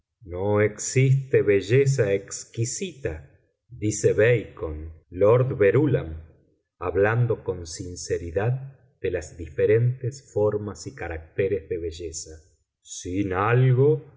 no existe belleza exquisita dice bacon lord verúlam hablando con sinceridad de las diferentes formas y caracteres de belleza sin algo